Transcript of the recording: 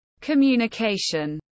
communication